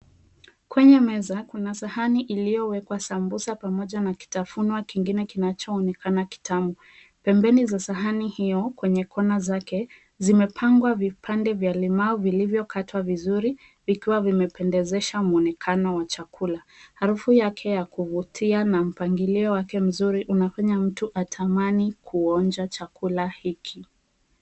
Kwenye meza kuna sahani iliyowekwa sambusa pamoja na kitafunwa kingine kinachoonekana kitamu. Pembeni za sahani hiyo kwenye kona zake, zimepangwa vipande vya limau vilivyokatwa vizuri vikiwa vimependezesha mwonekano wa chakula. Harufu yake ya kuvutia na mpangilio wake mzuri unafanya mtu atamani kuonja chakula hiki.